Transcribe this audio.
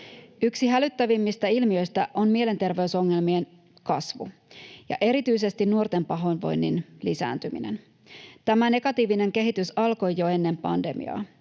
Yksi hälyttävimmistä ilmiöistä on mielenterveysongelmien kasvu ja erityisesti nuorten pahoinvoinnin lisääntyminen. Tämä negatiivinen kehitys alkoi jo ennen pandemiaa.